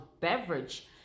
beverage